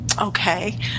Okay